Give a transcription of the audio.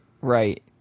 Right